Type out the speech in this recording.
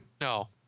No